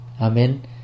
Amen